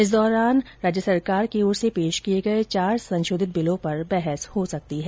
इस दौरान राज्य सरकार की ओर से पेश किए गए चार संशोधित बिलों पर बहस हो सकती है